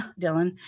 Dylan